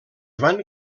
van